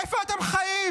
איפה אתם חיים?